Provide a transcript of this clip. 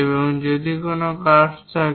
এবং যদি কোন কার্ভস থাকে